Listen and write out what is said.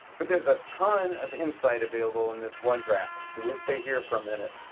but there's a ton of insight available in this one graphic, so we'll stay here for a minute,